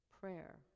prayer